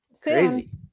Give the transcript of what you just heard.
Crazy